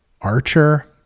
archer